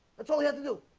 that's all you had to do.